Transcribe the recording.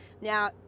Now